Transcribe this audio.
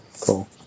Cool